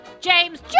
James